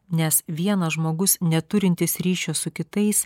nes vienas žmogus neturintis ryšio su kitais